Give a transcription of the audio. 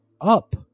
up